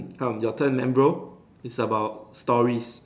hmm your turn man bro is about stories